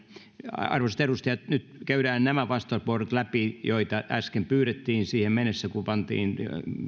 arvoisat edustajat nyt käydään nämä vastauspuheenvuorot läpi joita äsken pyydettiin siihen mennessä kun pantiin